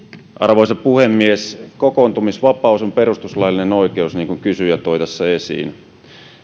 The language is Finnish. arvoisa puhemies kokoontumisvapaus on perustuslaillinen oikeus niin kuin kysyjä toi tässä esiin